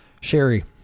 Sherry